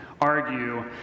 argue